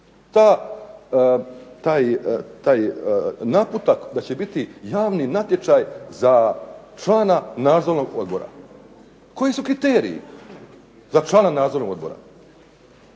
Taj naputak da će biti javni natječaj za člana nadzornog odbora. Koji su kriteriji za člana nadzornog odbora?